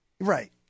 Right